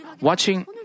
watching